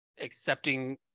accepting